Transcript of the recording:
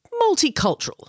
multicultural